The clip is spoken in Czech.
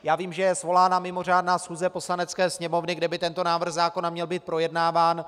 Já vím, že je svolána mimořádná schůze Poslanecké sněmovny, kde by tento návrh zákona měl být projednáván.